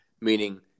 meaning